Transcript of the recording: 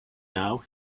now